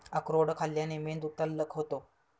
अक्रोड खाल्ल्याने मेंदू तल्लख होतो